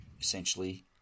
essentially